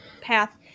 path